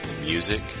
music